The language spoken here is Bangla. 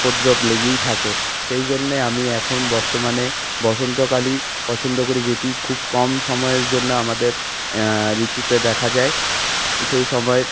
উপদ্রব লেগেই থাকে সেই জন্যে আমি এখন বর্তমানে বসন্তকালই পছন্দ করি যেটি খুব কম সময়ের জন্য আমাদের ঋতুতে দেখা যায় সেই সময়